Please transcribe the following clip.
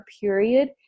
period